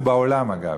ובעולם, אגב,